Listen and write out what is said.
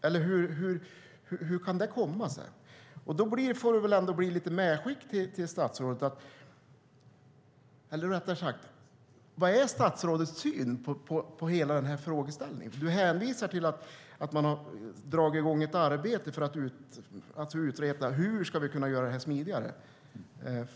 Eller hur kan det komma sig? Vad är statsrådets syn på hela frågeställningen? Du hänvisar till att man har dragit i gång ett arbete för att utreda hur vi ska kunna göra detta smidigare.